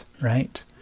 right